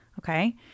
okay